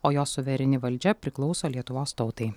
o jos suvereni valdžia priklauso lietuvos tautai